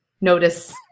notice